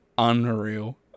unreal